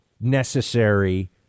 necessary